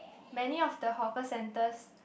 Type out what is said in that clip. many of the hawker centers